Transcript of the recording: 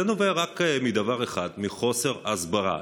זה נובע רק מדבר אחד, מחוסר הסברה.